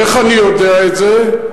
איך אני יודע את זה?